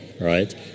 right